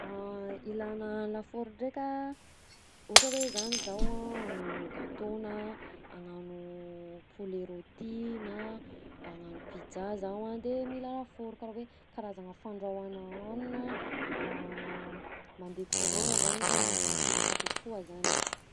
Ilana lafaoro ndraika: ohatra hoe zany zaho hagnano gâteau na hagnano poulet rôti na hagnano pizza zaho a de mila lafaoro, karaha hoe karazagna fandrahoana hanina mandeha courant-gna zany izy a, magnaram-penitra kokoa zany.